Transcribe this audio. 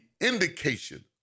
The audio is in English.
indication